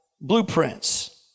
blueprints